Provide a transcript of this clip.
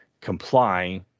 comply